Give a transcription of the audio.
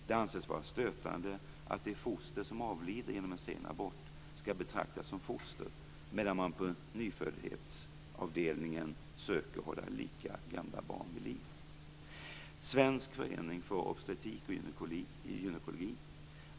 Det anses vara stötande att de foster som avlider genom en sen abort skall betraktas som foster medan man på nyföddhetsavdelningen söker hålla lika gamla barn vid liv.